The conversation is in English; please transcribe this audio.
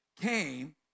came